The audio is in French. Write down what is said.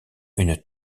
une